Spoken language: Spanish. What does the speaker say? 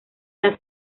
las